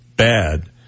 bad